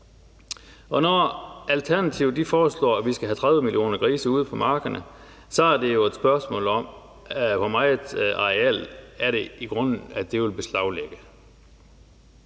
Når Alternativet foreslår, at vi skal have 30 millioner grise ud på markerne, så er det jo et spørgsmål om, hvor meget areal det i grunden er, det vil lægge